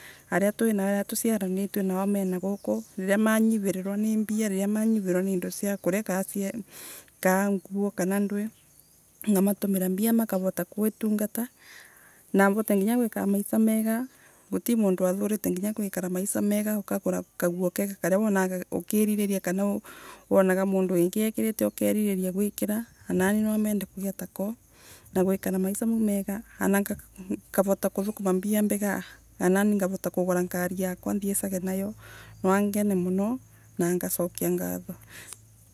Aria twinao aria tuciaraniritwe nao twinaguku riria manyivirirwa na mbia, riria manyivirirwa ni indo cia kuria, kaa nguo kana nduii ngamatumira mbia makavota guitungata na mvote nginya guikara maica mega gutimundu athurite gukara maica mega ukagura kaguo kega karia wanaga ukiririria kana wanaga mundu wingi ekirite ukeririria guikira anani namende kugia tako. Naguikara maica maumega anangavota kuthukuma mbia mbega ananingavota kugura ngari yakwa nthiesage nayo nwangene muno na ngacokia ngatho.